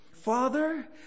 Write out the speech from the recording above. Father